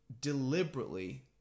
deliberately